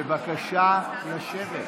בבקשה לשבת.